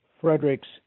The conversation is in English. Frederick's